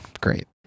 Great